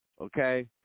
Okay